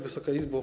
Wysoka Izbo!